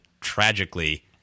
tragically